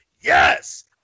Yes